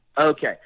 Okay